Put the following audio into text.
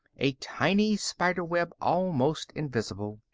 a tiny spider-web, almost invisible.